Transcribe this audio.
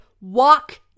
walk